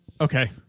Okay